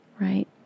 right